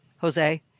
Jose